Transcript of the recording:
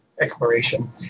exploration